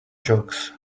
jocks